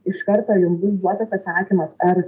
iš karto jum bus duotas atsakymas ar